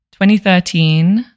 2013